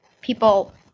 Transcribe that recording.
people